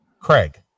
Craig